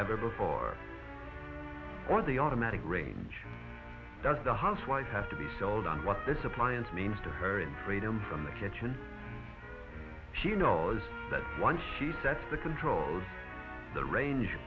ever before or the automatic range does the housewife have to be sold on what this appliance means to her in freedom from the kitchen she knows that when she sets the controls the range